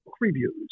reviews